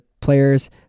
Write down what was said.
players